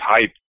hyped